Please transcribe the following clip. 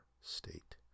state